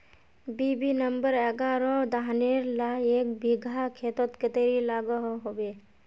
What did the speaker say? BB number एगारोह धानेर ला एक बिगहा खेतोत कतेरी लागोहो होबे?